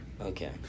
Okay